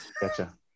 Gotcha